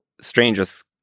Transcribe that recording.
strangest